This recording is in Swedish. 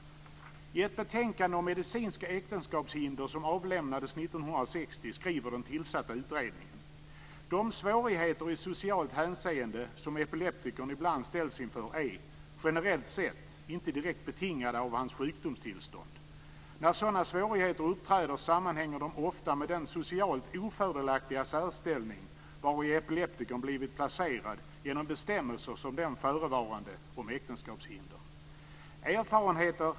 I ett betänkande om medicinska äktenskapshinder, som avlämnades 1960, skriver den tillsatta utredningen: "De svårigheter i socialt hänseende som epileptikern ibland ställs inför, är generellt sett inte direkt betingade av hans sjukdomstillstånd. När sådana svårigheter uppträder, sammanhänger de ofta med den socialt ofördelaktiga särställning vari epileptikern blivit placerad genom bestämmelser som den förevarande om äktenskapshinder.